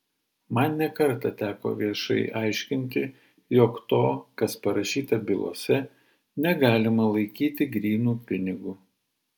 man ne kartą teko viešai aiškinti jog to kas parašyta bylose negalima laikyti grynu pinigu